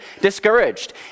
discouraged